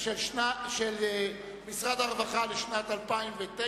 משרד הרווחה, לשנת 2009,